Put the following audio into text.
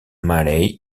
malay